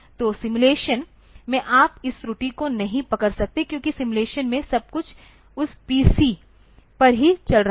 तो सिमुलेशन में आप इस त्रुटि को नहीं पकड़ सकते क्योंकि सिमुलेशन में सब कुछ उस पीसी पर ही चल रहा है